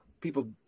people